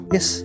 Yes